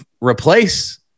replace